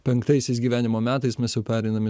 penktaisiais gyvenimo metais mes jau pereinam į